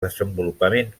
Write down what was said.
desenvolupament